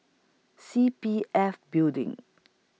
C P F Building